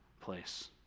place